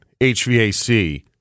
HVAC